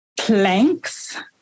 planks